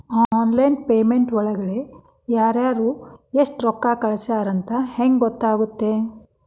Online payment ಒಳಗಡೆ ಯಾರ್ಯಾರು ಎಷ್ಟು ರೊಕ್ಕ ಕಳಿಸ್ಯಾರ ಅಂತ ಹೆಂಗ್ ಗೊತ್ತಾಗುತ್ತೆ?